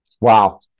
Wow